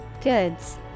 Goods